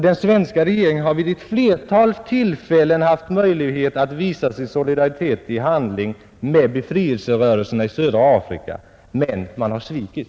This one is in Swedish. Den svenska regeringen har vid ett flertal tillfällen haft möjlighet att i handling visa sin solidaritet med befrielserörelserna i södra Afrika, men man har svikit.